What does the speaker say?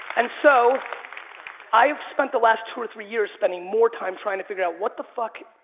and so i've spent the last two or three years spending more time trying to figure out what the fuck,